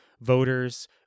voters